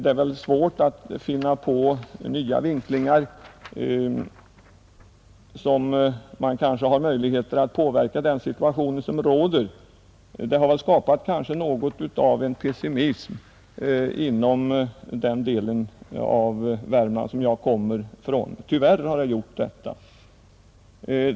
Det är svårt att finna några nya utgångspunkter som kan ge möjligheter att påverka den rådande situationen, Det har tyvärr uppstått en viss pessimism inom den del av Värmland som jag representerar.